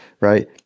Right